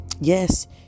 Yes